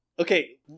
Okay